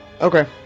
okay